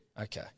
Okay